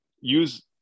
use